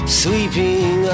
sweeping